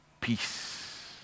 Peace